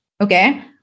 Okay